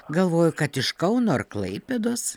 galvoju kad iš kauno ar klaipėdos